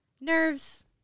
nerves